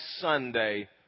Sunday